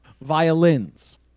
Violins